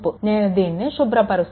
నేను దీనిని శుభ్రపరుస్తాను